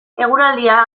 eguraldia